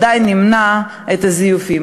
בוודאי נמנע זיופים.